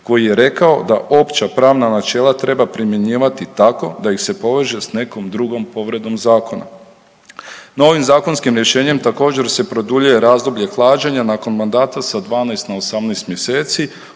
koji je rekao da opće pravna načela treba primjenjivati tako da ih se poveže s nekom drugom povredom zakona. Novim zakonskim rješenjem također se produljuje razdoblje hlađenja nakon mandata sa 12 na 18 mjeseci